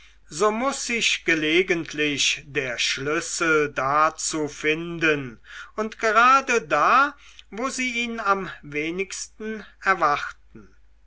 so muß sich gelegentlich der schlüssel dazu finden und gerade da wo sie ihn am wenigsten erwarten